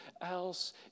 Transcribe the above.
else